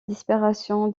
disparition